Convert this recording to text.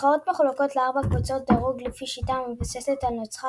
הנבחרות מחולקות לארבע קבוצות דירוג לפי שיטה המבוססת על נוסחה